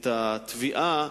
את התביעה